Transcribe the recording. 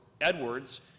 Edwards